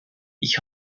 ich